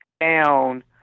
down